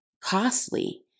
costly